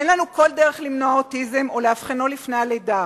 אין לנו כל דרך למנוע אוטיזם או לאבחנו לפני הלידה,